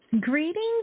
Greetings